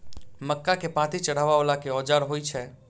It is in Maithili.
मक्का केँ पांति चढ़ाबा वला केँ औजार होइ छैय?